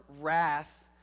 wrath